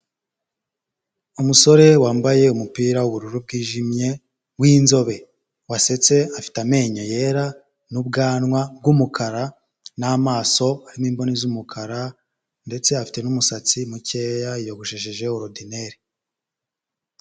Umusore wambaye umupira w'ubururu bwijimye w'inzobe, wasetse afite amenyo yera n'ubwanwa bw'umukara n'amaso hari n'imboni z'umukara ndetse afite n'umusatsi mukeya yiyogoshesheje orudineri.